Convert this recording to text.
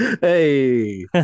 Hey